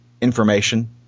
information